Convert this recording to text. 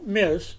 miss